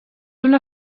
una